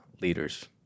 leaders